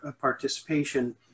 participation